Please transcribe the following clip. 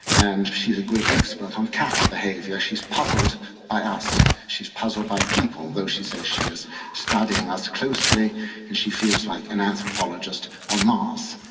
and she is a great expert on cattle behaviour. she is puzzled by us, she is puzzled by people, though she says she is studying us closely and she feels like an anthropologist on mars.